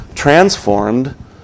transformed